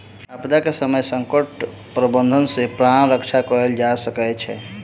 आपदा के समय संकट प्रबंधन सॅ प्राण रक्षा कयल जा सकै छै